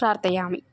प्रार्थयामि